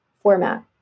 format